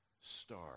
star